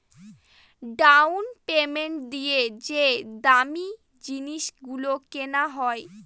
down payment দিয়ে যে দামী জিনিস গুলো কেনা হয়